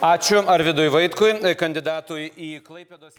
ačiū arvydui vaitkui kandidatui į klaipėdos